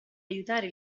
aiutare